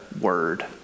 word